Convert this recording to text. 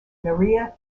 maria